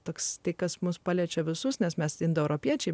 toks tai kas mus paliečia visus nes mes indoeuropiečiai